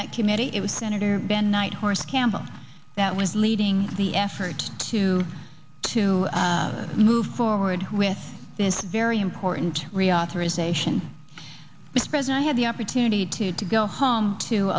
that committee it was senator ben nighthorse campbell that was leading the effort to to move forward with this very important reauthorization which president had the opportunity to to go home to